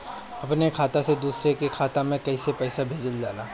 अपने खाता से दूसरे के खाता में कईसे पैसा भेजल जाला?